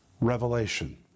Revelation